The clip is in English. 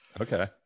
Okay